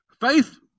Faith